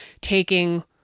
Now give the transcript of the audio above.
taking